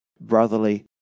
brotherly